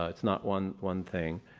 ah it's not one one thing,